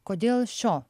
kodėl šio